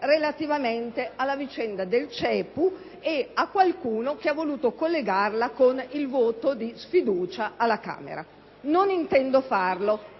in merito alla vicenda del CEPU, che qualcuno ha voluto collegare con il voto di sfiducia alla Camera. Non intendo farlo,